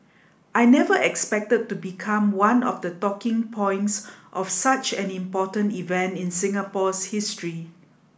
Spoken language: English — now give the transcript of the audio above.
I never expected to become one of the talking points of such an important event in Singapore's history